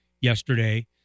yesterday